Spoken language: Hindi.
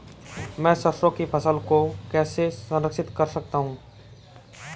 मैं सरसों की फसल को कैसे संरक्षित कर सकता हूँ?